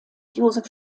josef